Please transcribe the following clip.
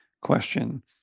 question